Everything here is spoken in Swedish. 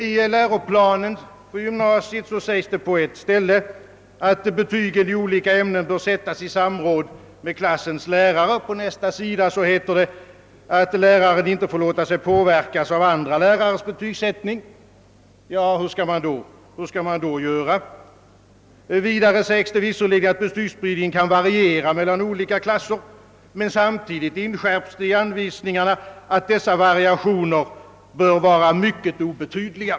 I läroplanen för gymnasiet sägs på ett ställe, att betyg i olika ämnen bör sättas i samråd med klassens lärare. På nästa sida heter det att läraren inte får låta sig påverkas av andra lärares betygsättning. Hur skall man då göra? Vidare sägs, att betygsspridningen kan variera mellan olika klasser, men samtidigt inskärps i anvisningarna, att dessa variationer bör vara mycket obetydliga.